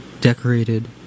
decorated